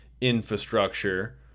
infrastructure